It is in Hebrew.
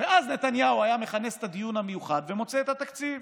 ואז נתניהו היה מכנס את הדיון המיוחד ומוצא את התקציב,